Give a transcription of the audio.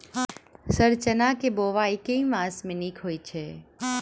Sir चना केँ बोवाई केँ मास मे नीक होइ छैय?